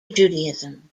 judaism